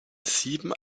sieben